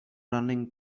running